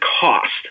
cost